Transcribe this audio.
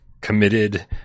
committed